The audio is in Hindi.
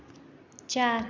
चार